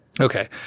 okay